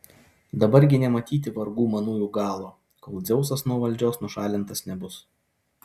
dabar gi nematyti vargų manųjų galo kol dzeusas nuo valdžios nušalintas nebus